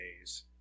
days